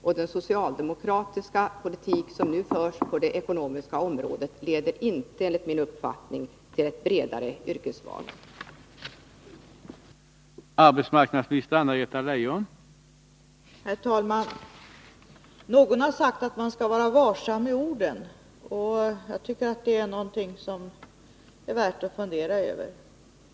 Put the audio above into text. Och den socialdemokratiska politik som nu förs på det ekonomiska området leder enligt min uppfattning inte till ett bredare yrkesval eller fler jobb.